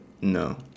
No